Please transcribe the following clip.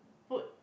put